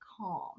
calm